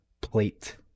plate